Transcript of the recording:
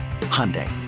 Hyundai